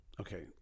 Okay